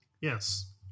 Yes